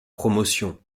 promotion